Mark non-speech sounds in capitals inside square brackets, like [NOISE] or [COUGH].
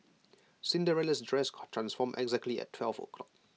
Cinderella's dress [UNINTELLIGIBLE] transformed exactly at twelve o'clock